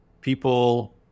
people